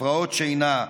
הפרעות שינה,